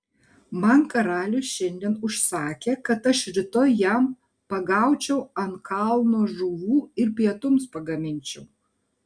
man karalius šiandien užsakė kad aš rytoj jam pagaučiau ant kalno žuvų ir pietums pagaminčiau